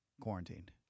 quarantined